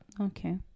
okay